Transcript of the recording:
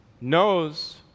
knows